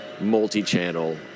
multi-channel